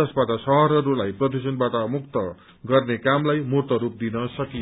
जसबाट शहरहरूलाई प्रदूषणबाट मुक्त गर्ने कामलाई मूर्त रूप दिन सकियोस्